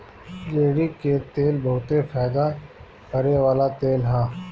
रेड़ी के तेल बहुते फयदा करेवाला तेल ह